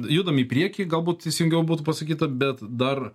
judam į priekį galbūt teisingiau būtų pasakyta bet dar